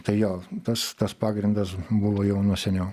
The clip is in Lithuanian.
tai jo tas tas pagrindas buvo jau nuo seniau